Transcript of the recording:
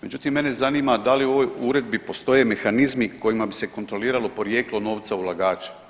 Međutim mene zanima, da li u ovoj uredbi postoje mehanizmi kojima bi se kontroliralo porijeklo novca ulagača?